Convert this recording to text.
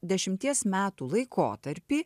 dešimties metų laikotarpį